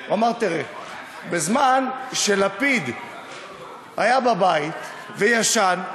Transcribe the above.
הוא אמר: בזמן שלפיד היה בבית וישן,